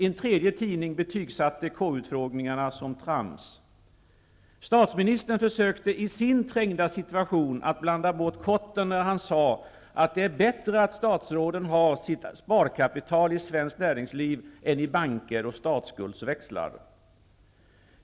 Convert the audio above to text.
En tredje tidning betygsatte KU-utfrågningarna som trams. Statsministern försökte i sin trängda situation att blanda bort korten, när han sade att ''det är bättre att statsråden har sitt sparkapital i svenskt näringsliv än i banker och statsskuldsväxlar''.